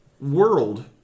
world